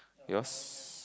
yours